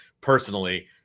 personally